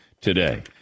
today